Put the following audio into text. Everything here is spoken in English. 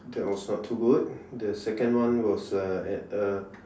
that was not too good then second one was uh at a